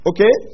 Okay